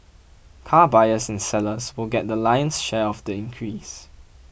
car buyers and sellers will get the lion's share of the increase